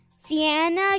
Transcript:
Sienna